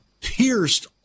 pierced